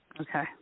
Okay